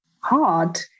hard